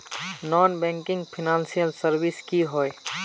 Non banking financial services की होय?